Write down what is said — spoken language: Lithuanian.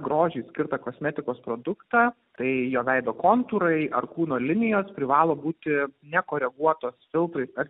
grožiui skirtą kosmetikos produktą tai jo veido kontūrai ar kūno linijos privalo būti nekoreguotos filtrui ar